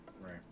Right